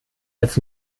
als